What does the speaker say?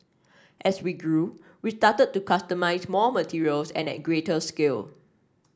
as we grew we started to customise more materials and at greater scale